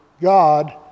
God